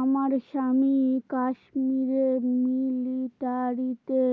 আমার স্বামী কাশ্মীরে মিলিটারিতে